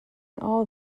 all